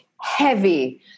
heavy